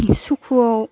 सुखुवाव